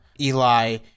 Eli